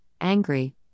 angry